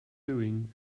doing